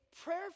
prayer